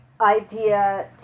idea